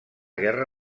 guerra